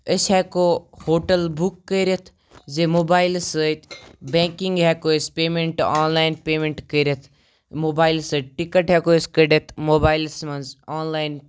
أسۍ ہٮ۪کو hotel book کٔرِتھ زِ موبایلہٕ سۭتۍ بینٛکِنٛگ ہٮ۪کو أسۍ پیمٮ۪نٛٹہٕ آنلاین پیمٮ۪نٛٹ کٔرِتھ موبایلہٕ سۭتۍ ٹِکَٹ ہٮ۪کو أسۍ کٔڑِتھ موبایلَس منٛز آنلاین